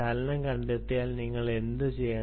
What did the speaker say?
ചലനം കണ്ടെത്തിയാൽ നിങ്ങൾ എന്തുചെയ്യണം